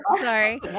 sorry